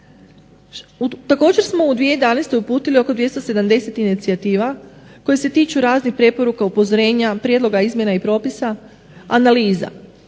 Također smo u 2011. uputili oko 270 inicijativa koje se tiču raznih preporuka, upozorenja, prijedloga izmjena i propisa, analiza.